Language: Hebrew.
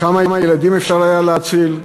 כמה ילדים אפשר היה להציל?